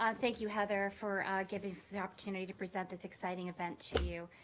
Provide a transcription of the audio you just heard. ah thank you, heather, for giving us the opportunity to present this exciting event to you.